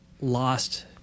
lost